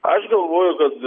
aš galvoju kad